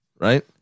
Right